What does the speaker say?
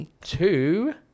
two